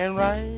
and right.